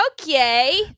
okay